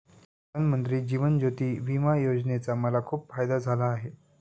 प्रधानमंत्री जीवन ज्योती विमा योजनेचा मला खूप फायदा झाला आहे